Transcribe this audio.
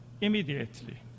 immediately